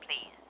please